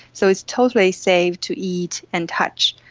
so it's totally safe to eat and touch.